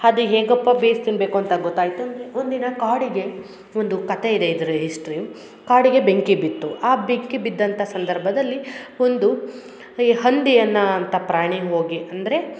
ಅದು ಹೇಗಪ್ಪ ಬೇಯ್ಸಿ ತಿನ್ನಬೇಕು ಅಂತ ಗೊತ್ತಾಯಿತು ಒಂದು ದಿನ ಕಾಡಿಗೆ ಒಂದು ಕತೆ ಇದೆ ಇದ್ರ ಹಿಸ್ಟ್ರಿ ಕಾಡಿಗೆ ಬೆಂಕಿ ಬಿತ್ತು ಆ ಬೆಂಕಿ ಬಿದ್ದಂಥ ಸಂದರ್ಭದಲ್ಲಿ ಒಂದು ಈ ಹಂದಿ ಅನ್ನಾ ಅಂತ ಪ್ರಾಣಿ ಹೋಗಿ ಅಂದರೆ